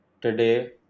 today